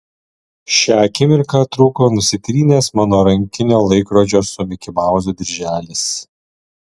šią akimirką trūko nusitrynęs mano rankinio laikrodžio su mikimauzu dirželis